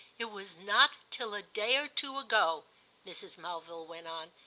it was not till a day or two ago, mrs. mulville went on,